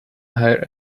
hire